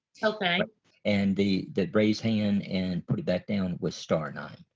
okay and the the raise hand and put it back down with star nine.